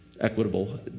equitable